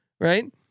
right